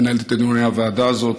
שמנהלת את דיוני הוועדה הזאת